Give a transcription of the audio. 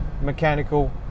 mechanical